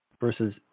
versus